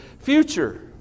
future